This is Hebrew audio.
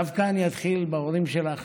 אני אתחיל דווקא בהורים שלך